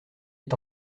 est